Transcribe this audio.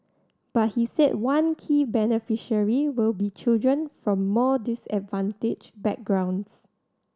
but he said one key beneficiary will be children from more disadvantaged backgrounds